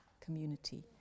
community